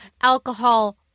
alcohol